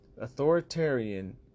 Authoritarian